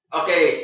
okay